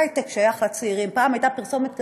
הייטק שייך לצעירים, פעם הייתה פרסומת כזאת: